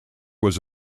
was